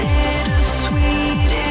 Bittersweet